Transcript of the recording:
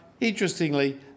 interestingly